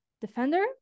defender